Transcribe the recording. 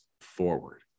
forward